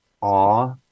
awe